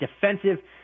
defensive